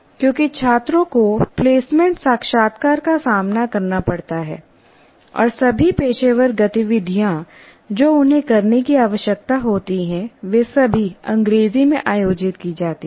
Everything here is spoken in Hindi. क्योंकि छात्रों को प्लेसमेंट साक्षात्कार का सामना करना पड़ता है और सभी पेशेवर गतिविधियां जो उन्हें करने की आवश्यकता होती हैं वे सभी अंग्रेजी में आयोजित की जाती हैं